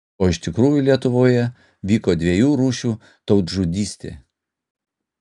o iš tikrųjų lietuvoje vyko dviejų rūšių tautžudystė